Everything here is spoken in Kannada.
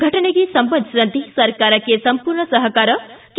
ಘಟನೆಗೆ ಸಂಬಂಧಿಸಿದಂತೆ ಸರ್ಕಾರಕ್ಕೆ ಸಂಪೂರ್ಣ ಸಪಕಾರ ಕೆ